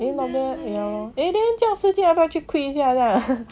eh not bad lor eh then 叫 si jing 要不要去 quit 一下